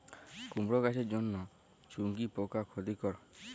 কুমড়ো গাছের জন্য চুঙ্গি পোকা ক্ষতিকর?